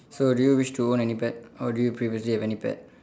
so do you wish to own any pet or do you previously have any pet